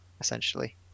essentially